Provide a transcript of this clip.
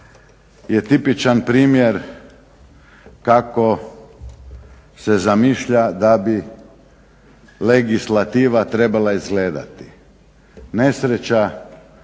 je tipičan primjer kako se zamišlja da bi legislativa trebala izgledati. Nesreća